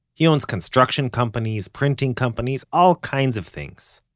he owns construction companies, printing companies. all kinds of things.